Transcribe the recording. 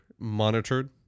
monitored